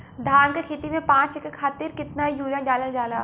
धान क खेती में पांच एकड़ खातिर कितना यूरिया डालल जाला?